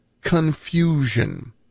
confusion